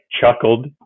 chuckled